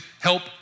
help